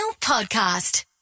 podcast